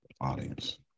audience